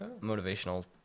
motivational